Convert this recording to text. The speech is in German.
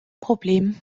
problem